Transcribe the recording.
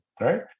right